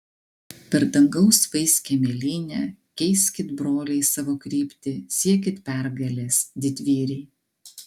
per dangaus vaiskią mėlynę keiskit broliai savo kryptį siekit pergalės didvyriai